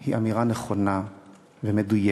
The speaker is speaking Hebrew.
היא אמירה נכונה ומדויקת.